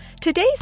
Today's